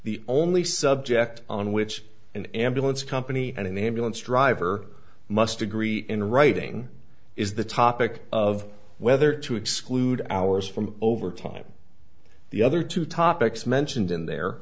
the only subject on which an ambulance company and an ambulance driver must agree in writing is the topic of whether to exclude hours from overtime the other two topics mentioned in the